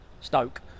Stoke